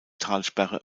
talsperre